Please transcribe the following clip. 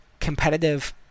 competitive